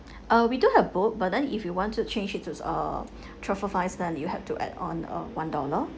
uh we do have both but then if you want to change it to a truffle fries then you have to add on uh one dollar